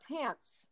pants